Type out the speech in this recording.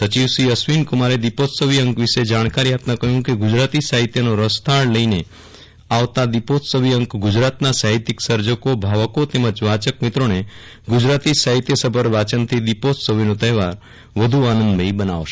સચિવશ્રી અશ્વિનીકુમારે દિપોત્સવી અંક વિશે જાણકારી આપતાં કહ્યું કે ગુજરાતી સાહિત્યનો રસથાળ લઈને આવતા દિપોત્સવી અંક ગુજરાતના સાહિત્ય સર્જકો ભાવકો તેમજ વાચક મિત્રોને ગુજરાતી સાહિત્યસભર વાંચનથી દિપોત્સવનો તહેવાર વધુ આનંદમયી બનાવશે